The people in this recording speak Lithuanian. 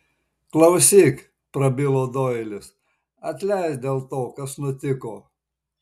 klausyk prabilo doilis atleisk dėl to kas nutiko